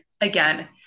again